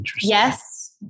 Yes